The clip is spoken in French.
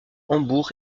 hambourg